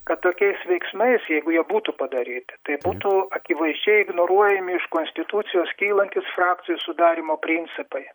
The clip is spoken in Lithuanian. kad tokiais veiksmais jeigu jie būtų padaryti tai būtų akivaizdžiai ignoruojami iš konstitucijos kylantys frakcijų sudarymo principai